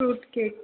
fruit cake